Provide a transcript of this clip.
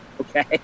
okay